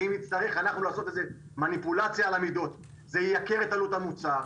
ואם נצטרך אנחנו לעשות איזו מניפולציה על המידות זה ייקר את עלות המוצר.